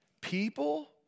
People